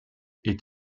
est